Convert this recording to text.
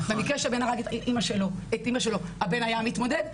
במקרה שהבן הרג את אימא שלו - הבן היה מתמודד.